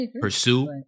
pursue